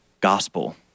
gospel